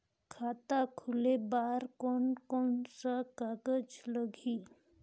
खाता खुले बार कोन कोन सा कागज़ लगही?